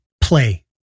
play